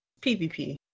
PvP